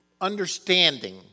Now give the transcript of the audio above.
understanding